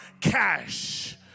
cash